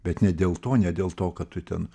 bet ne dėl to ne dėl to kad tu ten